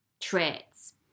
traits